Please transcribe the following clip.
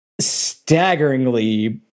staggeringly